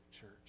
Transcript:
church